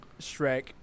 Shrek